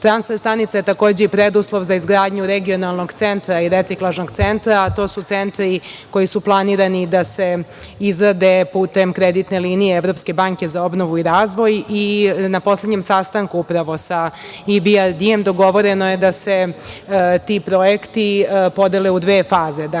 rešen. Transfer stanica je takođe preduslov za izgradnju regionalnog centra i reciklažnog centra, a to su centri koji su planirani da se izrade putem kreditne linije Evropske banke za obnovu i razvoj, i na poslednjem sastanku sa IBRD, dogovoreno je da se ti projekti podele u dve